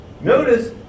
notice